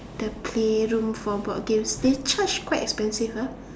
the play room for board games they charge quite expensive ah